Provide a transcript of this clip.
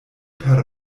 per